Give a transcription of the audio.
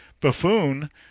buffoon